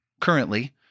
currently